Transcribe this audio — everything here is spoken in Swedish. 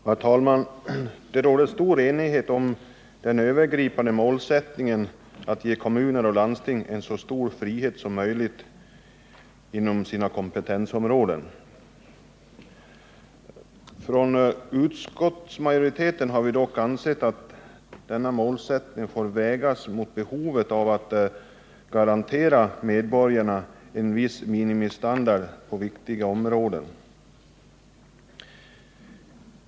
Herr talman! Det råder stor enighet om det övergripande målet att ge kommuner och landsting så stor frihet som möjligt inom sina egna kompetensområden. Utskottsmajoriteten har dock ansett att detta bör vägas mot behovet av att medborgarna garanteras en viss minimistandard på viktiga områden.